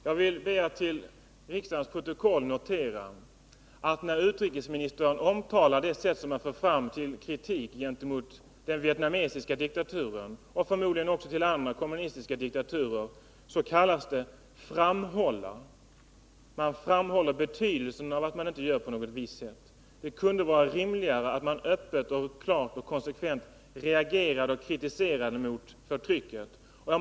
Herr talman! Jag ber att till riksdagens protokoll få noterat att när utrikesministern omtalar på vilket sätt den svenska regeringen för fram kritik gentemot den vietnamesiska diktaturen — förmodligen också mot andra kommunistiska diktaturer — kallas det ”framhålla”; man ”framhåller betydelsen av” att landet i fråga inte uppträder på ett visst sätt. Det kunde vara rimligare att man öppet, klart och konsekvent reagerade mot och kritiserade förtrycket.